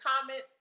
comments